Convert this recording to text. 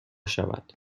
شود